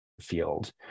field